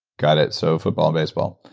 got it. so football, baseball.